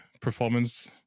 performance